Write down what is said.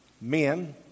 Men